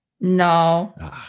No